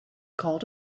called